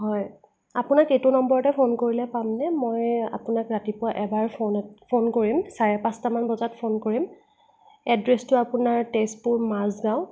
হয় আপোনাক এইটো নম্বৰতে ফোন কৰিলে পামনে মই আপোনাক ৰাতিপুৱা এবাৰ ফোন কৰিম চাৰে পাঁচটা মান বজাত ফোন কৰিম এড্ৰেছটো আপোনাৰ তেজপুৰ মাজগাঁও